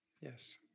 Yes